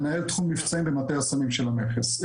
מנהל תחום מבצעים במטה הסמים של המכס.